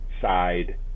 side